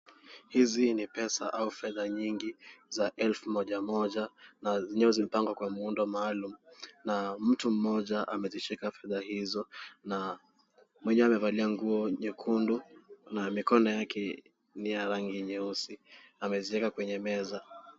Hizi ni pesa au fedha nyingi za elfu moja moja zilizopangwa kwa muundo maalum na mtu mmoja amezishika fedha hizo na mmoja amevalia nguo nyekundu na mikono yake ni ya rangi nyeusi ameziweka kwenye meza.